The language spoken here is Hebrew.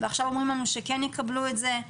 ועכשיו אומרים לנו שכן יקבלו את זה.